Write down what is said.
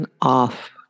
off